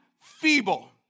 feeble